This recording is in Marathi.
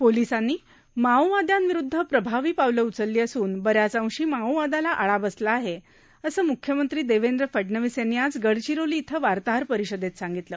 पोलिसांनी माओवाद्यांविरुद्ध प्रभावी पावलं उचलली असून बऱ्याच अंशी माओवादाला आळा बसला आहे असं म्ख्यमंत्री देवेंद्र फडनवीस यांनी आज गडचिरोली इथं वार्ताहर परिषदेत सांगितलं